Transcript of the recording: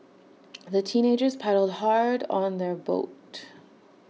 the teenagers paddled hard on their boat